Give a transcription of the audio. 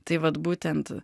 tai vat būtent